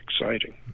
exciting